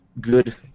good